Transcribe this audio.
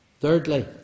Thirdly